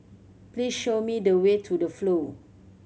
please show me the way to The Flow